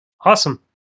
Awesome